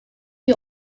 die